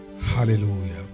Hallelujah